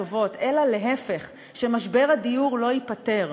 הטובות, אלא להפך, שמשבר הדיור לא ייפתר.